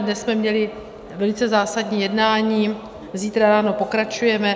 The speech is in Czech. Dnes jsme měli velice zásadní jednání, zítra ráno pokračujeme.